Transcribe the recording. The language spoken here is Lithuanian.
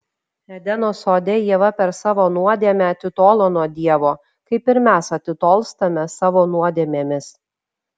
edeno sode ieva per savo nuodėmę atitolo nuo dievo kaip ir mes atitolstame savo nuodėmėmis